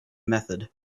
method